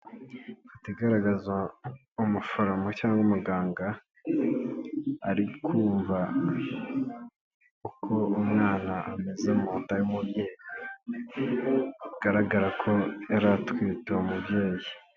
Ifoto igaragaza umuforomo cyangwa umuganga ari kumva uko umwana ameze mu nda y'umubyeyi we bigaragara ko yari atwite uwo mubyeyi.